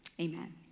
Amen